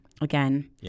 again